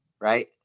Right